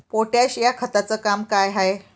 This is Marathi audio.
पोटॅश या खताचं काम का हाय?